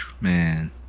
man